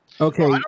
okay